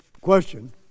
question